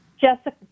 Jessica